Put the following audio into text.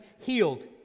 healed